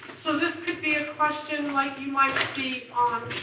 so this could be a question like you might see on